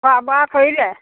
খোৱা বোৱা কৰিলে